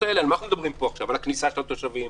האלה אנחנו מדברים על כניסת התושבים,